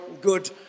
good